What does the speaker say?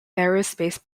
aerospace